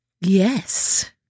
Yes